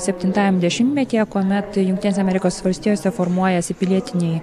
septintajam dešimtmetyje kuomet jungtinėse amerikos valstijose formuojasi pilietiniai